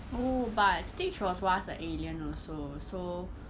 oh but stitch was once an alien also so